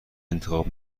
انتخاب